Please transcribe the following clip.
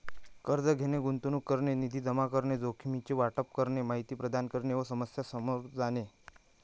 कर्ज घेणे, गुंतवणूक करणे, निधी जमा करणे, जोखमीचे वाटप करणे, माहिती प्रदान करणे व समस्या सामोरे जाणे